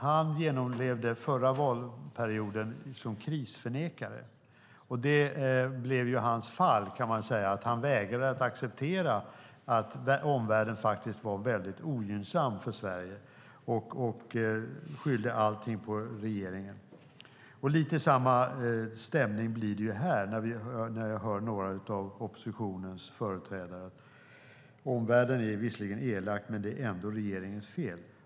Han genomlevde förra valperioden som krisförnekare. Det blev hans fall, kan man säga, att han vägrade att acceptera att omvärlden faktiskt var väldigt ogynnsam för Sverige och skyllde allting på regeringen. Det blir lite av samma stämning här när jag hör några av oppositionens företrädare. Omvärlden är visserligen elak, men det är ändå regeringens fel.